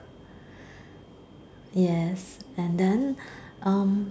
yes and then um